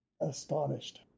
astonished